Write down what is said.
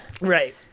Right